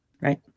Right